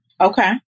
Okay